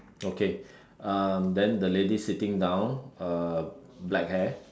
okay um then the lady sitting down uh black hair